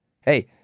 Hey